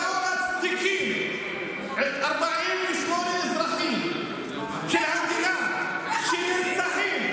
למה מצדיקים ש-48 אזרחים של המדינה נרצחים?